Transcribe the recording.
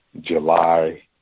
July